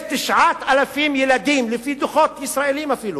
יש 9,000 ילדים, לפי דוחות ישראליים אפילו,